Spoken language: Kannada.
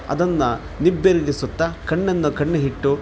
ಅದನ್ನು ನಿಬ್ಬೇರಗಿಸುತ್ತ ಕಣ್ಣನ್ನು ಕಣ್ಣು ಇಟ್ಟು